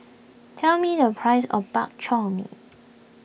tell me the price of Bak Chor Mee